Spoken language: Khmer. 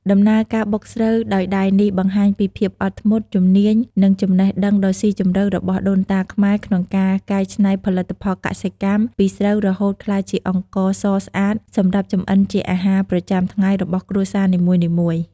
ដំណើរការបុកស្រូវដោយដៃនេះ បង្ហាញពីភាពអត់ធ្មត់ ជំនាញ និងចំណេះដឹងដ៏ស៊ីជម្រៅរបស់ដូនតាខ្មែរក្នុងការកែច្នៃផលិតផលកសិកម្ម ពីស្រូវរហូតក្លាយជាអង្ករសស្អាតសម្រាប់ចម្អិនជាអាហារប្រចាំថ្ងៃរបស់គ្រួសារនីមួយៗ។